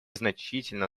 значительно